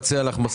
מכתב